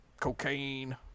Cocaine